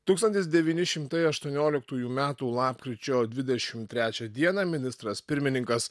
tūkstantis devyni šimtai aštuonioliktųjų metų lapkričio dvidešim trečią dieną ministras pirmininkas